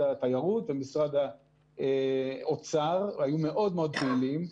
התיירות ומשרד האוצר והיו מאוד מאוד פעילים.